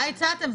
מה הצעתם?